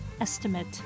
estimate